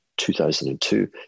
2002